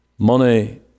money